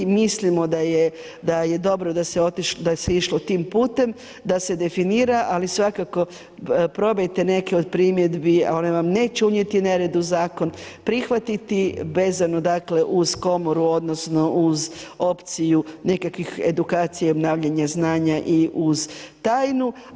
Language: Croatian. Mislimo da je dobro da se išlo tim putem, da se definira ali svakako probajte neke od primjedbi, one vam neće unijeti nered u zakon prihvatiti vezano dakle uz komoru odnosno uz opciju nekakvih edukacija, obnavljanja znanja i uz tajnu.